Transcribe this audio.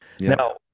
now